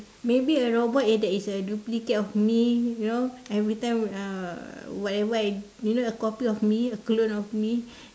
maybe a robot it that is a duplicate of me you know every time uh whatever I you know a copy of me a clone of me